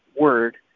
word